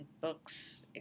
books